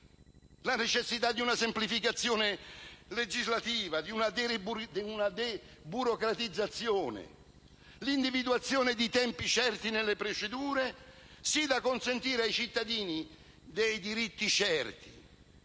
attraverso una semplificazione legislativa, una deburocratizzazione, l'individuazione di tempi certi nelle procedure, così da consentire ai cittadini dei diritti certi,